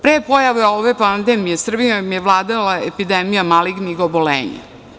Pre pojave ove pandemije, Srbijom je vladala epidemija malignih oboljenja.